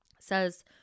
says